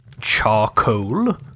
Charcoal